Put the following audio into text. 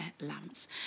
lamps